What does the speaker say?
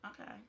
Okay